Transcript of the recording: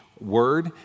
word